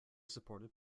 supported